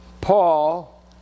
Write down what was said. Paul